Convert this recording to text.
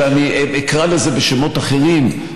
שאני אקרא לזה בשמות אחרים?